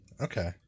Okay